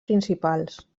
principals